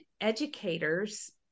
educators